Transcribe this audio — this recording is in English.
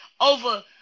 Over